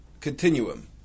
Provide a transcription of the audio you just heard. continuum